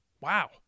Wow